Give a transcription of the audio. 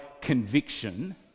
conviction